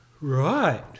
Right